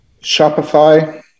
Shopify